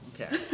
okay